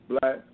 black